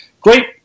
great